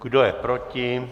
Kdo je proti?